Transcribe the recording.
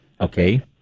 Okay